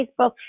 Facebook